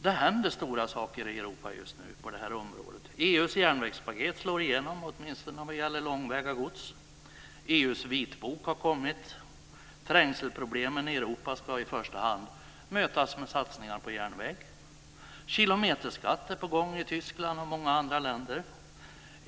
Det händer stora saker i Europa just nu på det här området. EU:s järnvägspaket slår igenom, åtminstone vad gäller långväga gods. EU:s vitbok har kommit. Trängselproblemen i Europa ska i första hand mötas med satsningar på järnväg. Kilometerskatt är på gång i Tyskland och i många andra länder.